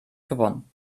gewonnen